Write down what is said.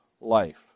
life